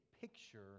picture